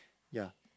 yeah